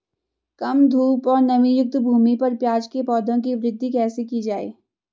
कम धूप और नमीयुक्त भूमि पर प्याज़ के पौधों की वृद्धि कैसे की जाए?